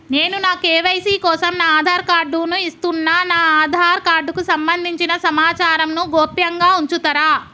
నేను నా కే.వై.సీ కోసం నా ఆధార్ కార్డు ను ఇస్తున్నా నా ఆధార్ కార్డుకు సంబంధించిన సమాచారంను గోప్యంగా ఉంచుతరా?